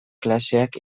klaseak